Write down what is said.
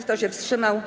Kto się wstrzymał?